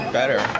better